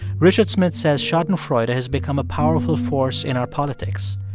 richard smith says schadenfreude has become a powerful force in our politics,